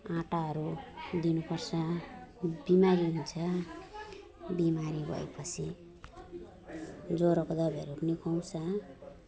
आँटाहरू दिनु पर्छ बिमारी हुन्छ बिमारी भए पछि ज्वरोको दबाईहरू पनि खुवाउँछ